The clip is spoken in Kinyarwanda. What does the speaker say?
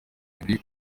emery